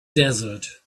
desert